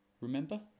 Remember